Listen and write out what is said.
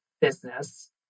business